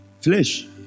flesh